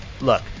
look